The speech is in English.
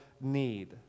need